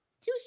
two